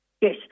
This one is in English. Yes